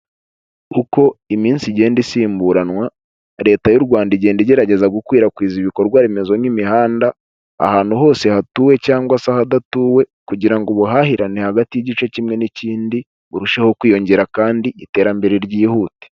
Uko iminsi igenda isimburanwa, leta y'u Rwanda igenda igerageza gukwirakwiza ibikorwa remezo nk'imihanda, ahantu hose hatuwe cyangwa se ahadatuwe, kugira ngo ubuhahirane hagati y'igice kimwe n'ikindi, burusheho kwiyongera kandi iterambere ryihuta.